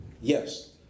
Yes